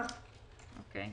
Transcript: אכן כך.